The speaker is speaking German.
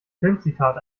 filmzitat